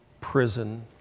prison